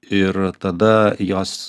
ir tada jos